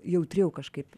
jautriau kažkaip